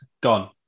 gone